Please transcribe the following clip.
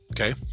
Okay